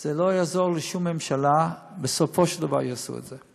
זה לא יעזור לשום ממשלה, בסופו של דבר יעשו את זה.